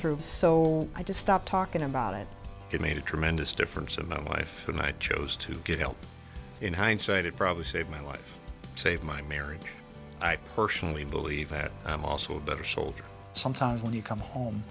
through so i just stopped talking about it it made a tremendous difference in my life tonight chose to get help in hindsight it probably saved my life save my marriage i personally believe that i'm also a better soldier sometimes when you come home